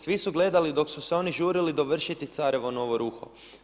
Svi su gledali dok su se oni žurili dovršiti carevo novo ruho.